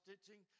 stitching